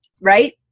right